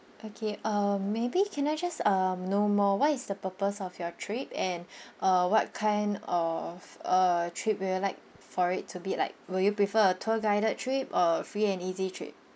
okay um maybe can I just um know more what is the purpose of your trip and uh what kind of a trip will you like for it to be like will you prefer a tour guided trip or a free and easy trip